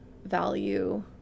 value